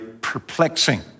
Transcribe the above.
perplexing